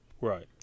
Right